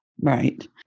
Right